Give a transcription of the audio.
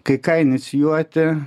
kai ką inicijuoti